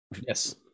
Yes